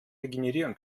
regenerieren